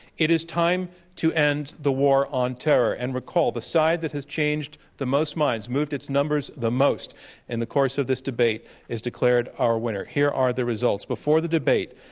it is time to end the war on terror. and recall the side that has changed the most minds, moved its numbers the most in the course of this debate is declared our winner. here are the results. before the debate,